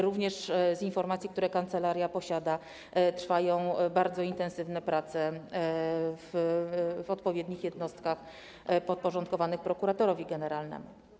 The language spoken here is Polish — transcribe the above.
Również z informacji, które kancelaria posiada, wynika, że trwają bardzo intensywne prace w odpowiednich jednostkach podporządkowanych prokuratorowi generalnemu.